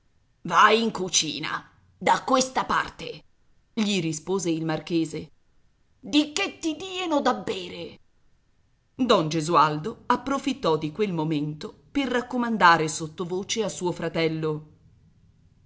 vai in cucina da questa parte gli rispose il marchese di che ti dieno da bere don gesualdo approfittò di quel momento per raccomandare sottovoce a suo fratello